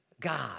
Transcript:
God